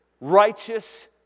righteous